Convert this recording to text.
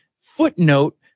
footnote